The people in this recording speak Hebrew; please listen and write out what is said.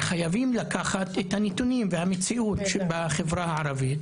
חייבים לקחת את הנתונים והמציאות בחברה הערבית,